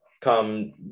come